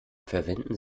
verwenden